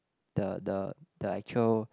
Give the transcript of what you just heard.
the the the actual